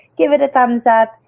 give it a thumbs up,